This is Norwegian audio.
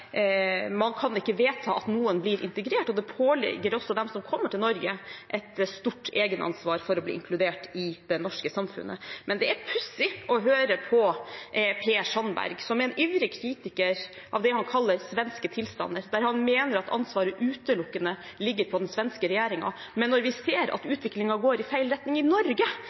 man ikke kan vedta at noen blir integrert, og det påligger også dem som kommer til Norge, et stort eget ansvar for å bli inkludert i det norske samfunnet. Men det er pussig å høre på Per Sandberg, som er en ivrig kritiker av det han kaller svenske tilstander, der han mener at ansvaret utelukkende ligger på den svenske regjeringen. Men når vi ser at utviklingen i Norge går i feil retning,